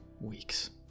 weeks